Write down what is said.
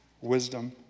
wisdom